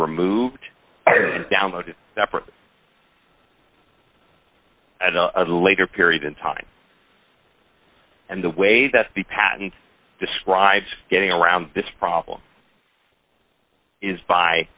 removed downloaded separately at a later period in time and the way that the patent describes getting around this problem is by